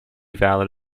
valid